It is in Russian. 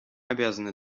обязаны